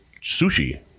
sushi